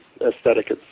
aesthetic